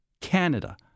Canada